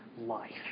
life